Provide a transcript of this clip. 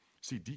See